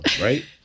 right